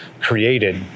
created